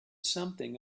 something